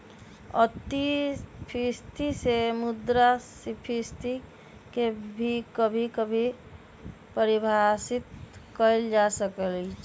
अतिस्फीती से मुद्रास्फीती के भी कभी कभी परिभाषित कइल जा सकई छ